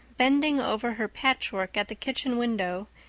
bending over her patchwork at the kitchen window,